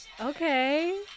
okay